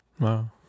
wow